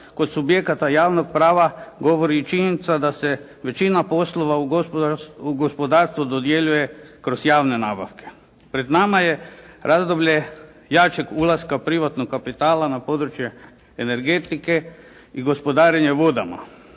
kod subjekata javnog prava govori i činjenica da se većina poslova u gospodarstvu dodjeljuje kroz javne nabavke. Pred nama je razdoblje jačeg ulaska privatnog kapitala na područje energetike i gospodarenja vodama,